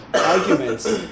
arguments